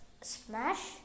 Smash